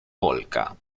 polka